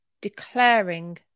declaring